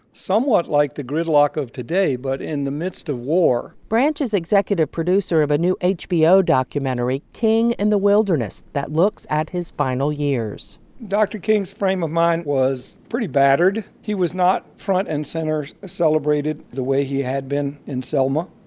somewhat like the gridlock of today but in the midst of war branch is executive producer of a new hbo documentary, king in the wilderness, that looks at his final years dr. king's frame of mind was pretty battered. he was not front and center celebrated the way he had been in selma.